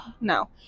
no